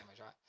right